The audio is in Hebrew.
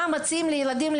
מה מציעים לילדים?